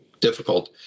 difficult